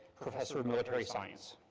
professor of military science.